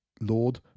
Lord